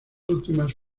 últimas